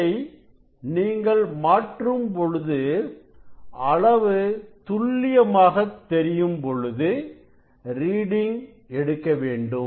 இதை நீங்கள் மாற்றும் பொழுது அளவு துல்லியமாக தெரியும் பொழுது ரீடிங் எடுக்க வேண்டும்